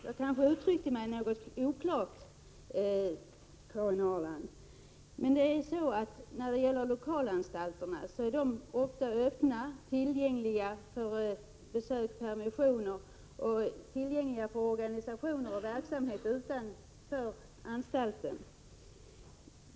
Jag kanske uttryckte mig något oklart när det gällde kvinnorna på anstalt, Karin Ahrland. Lokalanstalterna är ofta öppna, ger permissioner och är tillgängliga för besök också från organisationer och verksamhet utanför anstalten.